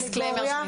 אני